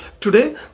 today